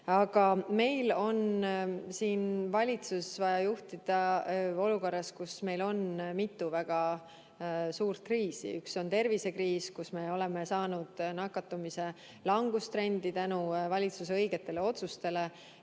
Aga meil on siin valitsust vaja juhtida olukorras, kus meil on mitu väga suurt kriisi. Üks on tervisekriis, kus me oleme saanud nakatumise langustrendi tänu valitsuse õigetele otsustele.